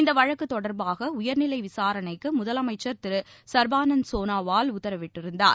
இந்த வழக்கு தொடர்பாக உயர்நிலை விசாரணைக்கு முதலமைச்சர் திரு சள்பானந்த் சோனோவால் உத்தரவிட்டிருந்தார்